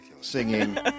singing